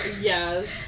Yes